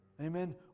Amen